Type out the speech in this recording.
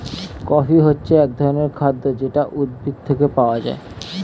coffee হচ্ছে এক রকমের খাদ্য যেটা উদ্ভিদ থেকে পাওয়া যায়